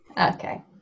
Okay